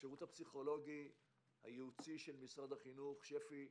השירות הפסיכולוגי הייעוצי של משרד החינוך, שפ"י,